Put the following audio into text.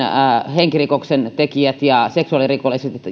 henkirikosten tekijät ja seksuaalirikolliset